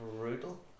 brutal